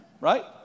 right